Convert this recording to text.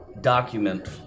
document